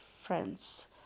friends